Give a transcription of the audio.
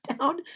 down